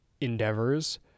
endeavors